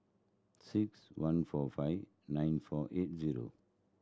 six one four five nine four eight zero